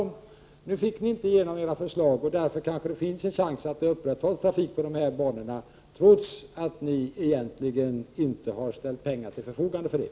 Men ni fick inte igenom era förslag, och därför kanske det finns en chans att den trafiken upprätthålls på de banorna, trots att ni egentligen inte har ställt pengar till förfogande för det.